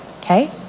okay